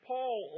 Paul